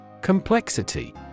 Complexity